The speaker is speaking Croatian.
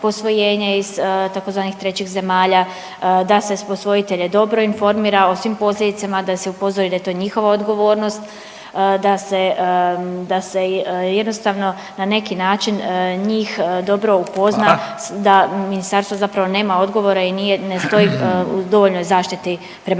da se posvojitelje dobro informira o svim posljedicama, da se upozore da je to njihova odgovornost, da se da se jednostavno na naki način njih dobro upozna …/Upadica Radin: Hvala./… da ministarstvo zapravo nema odgovora i nije ne stoji u dovoljnoj zaštiti prema